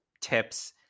tips